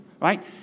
Right